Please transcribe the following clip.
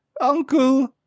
uncle